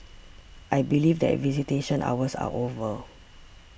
I believe that visitation hours are over